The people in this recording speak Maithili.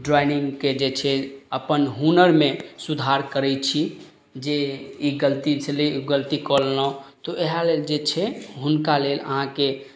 ड्रॉइनिंगके जे छै अपन हुनरमे सुधार करय छी जे ई गलती छलय ओ गलती कऽ लेलहुँ तऽ इएह लेल जे छै हुनका लेल अहाँके